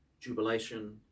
jubilation